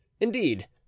indeed